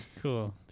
Cool